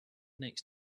next